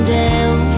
down